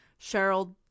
Cheryl